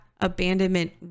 abandonment